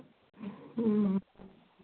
हाँ